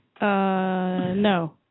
No